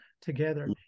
together